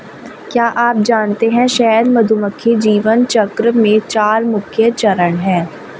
क्या आप जानते है शहद मधुमक्खी जीवन चक्र में चार मुख्य चरण है?